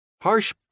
Harsh